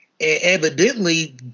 Evidently